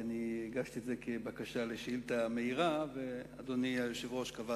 כי הגשתי את הנושא כבקשה לשאילתא מהירה ואדוני היושב-ראש קבע